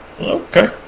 Okay